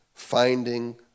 finding